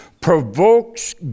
provokes